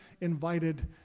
invited